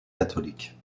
catholique